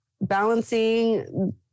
balancing